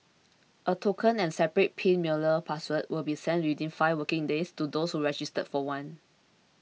a token and separate pin mailer password will be sent within five working days to those who register for one